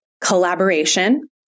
collaboration